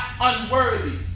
unworthy